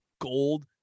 gold